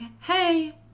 hey